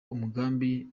umugambi